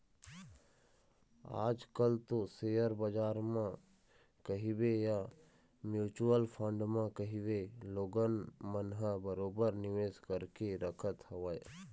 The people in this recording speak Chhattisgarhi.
आज कल तो सेयर बजार ल कहिबे या म्युचुअल फंड म कहिबे लोगन मन ह बरोबर निवेश करके रखत हवय